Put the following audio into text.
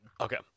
Okay